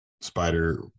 Spider